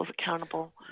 accountable